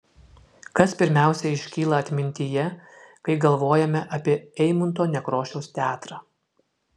kas pirmiausia iškyla atmintyje kai galvojame apie eimunto nekrošiaus teatrą